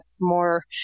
more